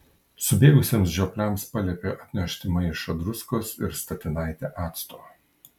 subėgusiems žiopliams paliepė atnešti maišą druskos ir statinaitę acto